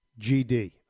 GD